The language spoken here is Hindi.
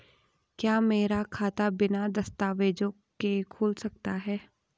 क्या मेरा खाता बिना दस्तावेज़ों के खुल सकता है?